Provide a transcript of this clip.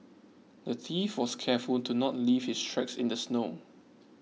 the thief was careful to not leave his tracks in the snow